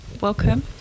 Welcome